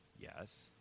Yes